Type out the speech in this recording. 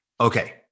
Okay